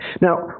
Now